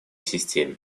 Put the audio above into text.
системе